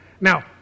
Now